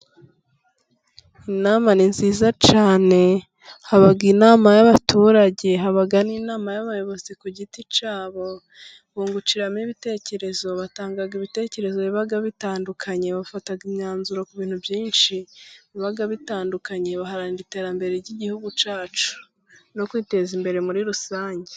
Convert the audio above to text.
Inama ni nziza cyane, haba inama y'abaturage, haba n'inama y'abayobozi ku giti cyabo, bungukiramo ibitekerezo. Batanga ibitekerezo biba bitandukanye. Bafata imyanzuro ku bintu byinshi bibaba bitandukanye, baharanira iterambere ry'igihugu cyacu no kwiteza imbere muri rusange.